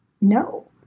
No